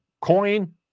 coin